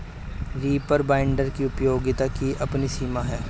reaper binder की उपयोगिता की अपनी सीमा है